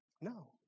No